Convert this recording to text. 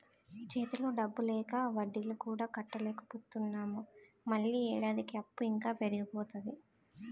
చేతిలో డబ్బు లేక వడ్డీలు కూడా కట్టలేకపోతున్నాము మళ్ళీ ఏడాదికి అప్పు ఇంకా పెరిగిపోతాది